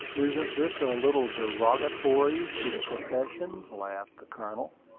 isn't this a little derogatory to the profession? laughed the colonel.